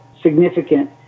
significant